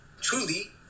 truly